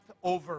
over